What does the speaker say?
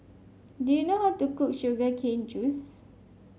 do you know how to cook Sugar Cane Juice